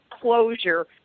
closure